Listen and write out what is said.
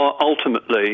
ultimately